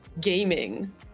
gaming